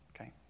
Okay